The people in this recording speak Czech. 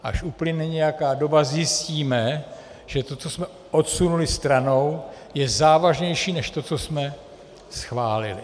Až uplyne nějaká doba, zjistíme, že to, co jsme odsunuli stranou, je závažnější než to, co jsme schválili.